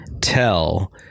tell